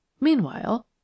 Meanwhile